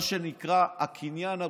מה שנקרא הקניין הרוחני,